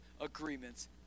agreements